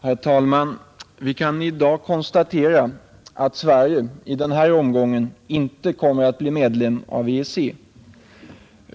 Herr talman! Vi kan i dag konstatera att Sverige i den här omgången inte kommer att bli medlem av EEC.